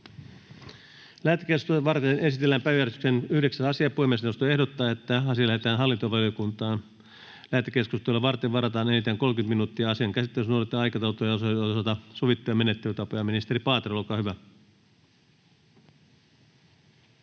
Lähetekeskustelua varten esitellään päiväjärjestyksen 9. asia. Puhemiesneuvosto ehdottaa, että asia lähetetään hallintovaliokuntaan. Lähetekeskustelua varten varataan enintään 30 minuuttia. Asian käsittelyssä noudatetaan aikataulutettujen asioiden osalta sovittuja menettelytapoja. — Ministeri Paatero, olkaa hyvä.